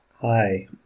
Hi